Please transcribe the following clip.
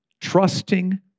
trusting